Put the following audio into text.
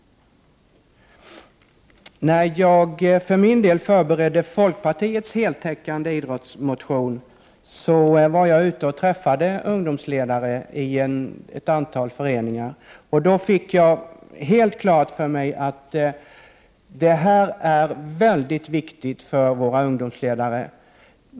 När jag för min del förberedde folkpartiets heltäckande idrottsmotion var jag ute och träffade ungdomsledare i ett antal föreningar. Då fick jag helt klart för mig att detta stöd är väldigt viktigt för våra ungdomsledare.